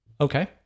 Okay